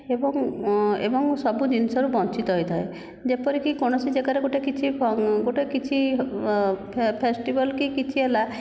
ଏବଂ ଏବଂ ସବୁ ଜିନିଷ ରୁ ବଞ୍ଚିତ ହୋଇଥାଏ ଯେପରିକି କୌଣସି ଜାଗାରେ ଗୋଟିଏ କିଛି ଗୋଟିଏ କିଛି ଫେଷ୍ଟିବାଲ୍ କି କିଛି ହେଲା